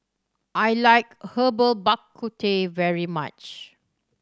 I like Herbal Bak Ku Teh very much